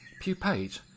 pupate